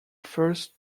first